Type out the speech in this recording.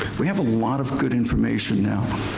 we have a lot of good information now.